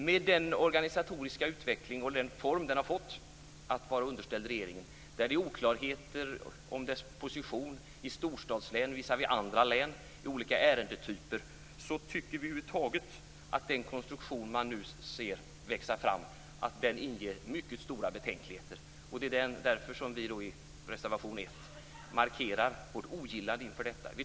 Med den organisatoriska utveckling och den form myndigheten har fått, att vara underställd regeringen, med oklarheter i fråga om dess position i storstadslän visavi andra län och i fråga om olika ärendetyper, tycker vi över huvud taget att den konstruktion som växer fram inger mycket stora betänkligheter. Det är därför vi i reservation 1 markerar vårt ogillande inför detta.